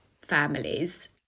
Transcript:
families